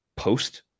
post